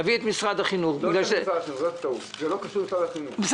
נביא את משרד החינוך --- זה לא קשור למשרד החינוך,